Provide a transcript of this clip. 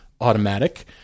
automatic